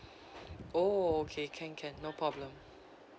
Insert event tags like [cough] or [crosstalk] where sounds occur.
[breath] oh okay can can no problem